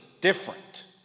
different